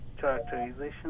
characterization